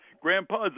grandpa's